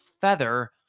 feather